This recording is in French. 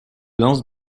lance